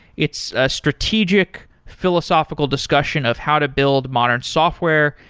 it's a strategic philosophical discussion of how to build modern software,